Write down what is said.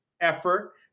effort